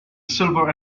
silver